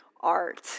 art